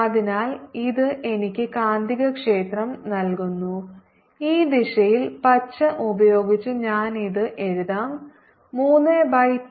അതിനാൽ ഇത് എനിക്ക് ഒരു കാന്തികക്ഷേത്രം നൽകുന്നു ഈ ദിശയിൽ പച്ച ഉപയോഗിച്ച് ഞാൻ ഇത് എഴുതാം 32 M